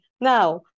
now